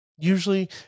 Usually